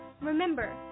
Remember